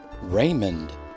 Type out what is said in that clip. Raymond